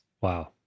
Wow